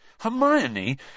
Hermione